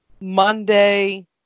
Monday